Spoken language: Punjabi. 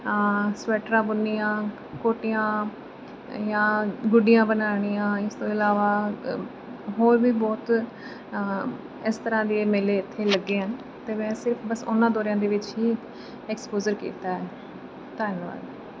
ਸਵੈਟਰਾਂ ਬੁਣਨੀਆਂ ਕੋਟੀਆਂ ਜਾਂ ਗੁੱਡੀਆਂ ਬਣਾਉਣੀਆਂ ਇਸ ਤੋਂ ਇਲਾਵਾ ਹੋਰ ਵੀ ਬਹੁਤ ਇਸ ਤਰ੍ਹਾਂ ਦੇ ਮੇਲੇ ਇੱਥੇ ਲੱਗੇ ਹਨ ਅਤੇ ਮੈਂ ਸਿਰਫ ਬਸ ਉਹਨਾਂ ਦੌਰਿਆਂ ਦੇ ਵਿੱਚ ਹੀ ਐਕਸਪੋਜ਼ਰ ਕੀਤਾ ਹੈ ਧੰਨਵਾਦ